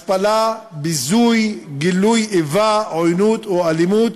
השפלה, ביזוי, גילוי איבה, עוינות או אלימות,